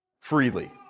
Freely